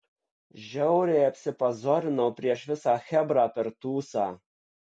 žiauriai apsipazorinau prieš visą chebrą per tūsą